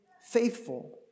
faithful